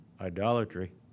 idolatry